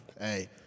hey